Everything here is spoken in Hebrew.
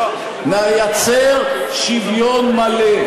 נייצר שוויון מלא.